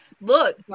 Look